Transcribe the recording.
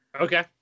okay